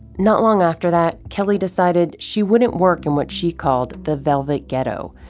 not long after that, kelly decided she wouldn't work in what she called the velvet ghetto.